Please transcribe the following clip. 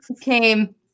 came